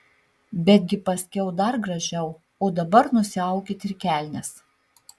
betgi paskiau dar gražiau o dabar nusiaukit ir kelnes